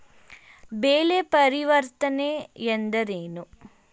ಬೆಳೆ ಪರಿವರ್ತನೆ ಎಂದರೇನು?